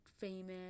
famous